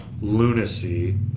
lunacy